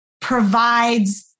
provides